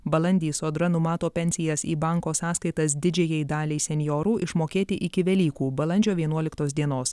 balandį sodra numato pensijas į banko sąskaitas didžiajai daliai senjorų išmokėti iki velykų balandžio vienuoliktos dienos